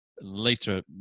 later